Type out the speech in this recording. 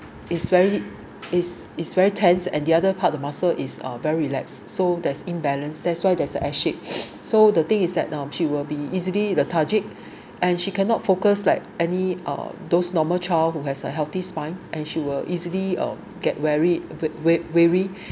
is very is is very tense and the other part of muscle is very relax so there's imbalance that's why there's a S shape so the thing is that she will be easily lethargic and she cannot focus like any uh those normal child who has a healthy spine and she will easily uh get wearied wea~ wea~ weary